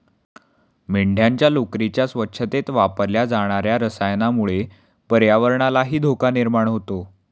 मेंढ्यांच्या लोकरीच्या स्वच्छतेत वापरल्या जाणार्या रसायनामुळे पर्यावरणालाही धोका निर्माण होतो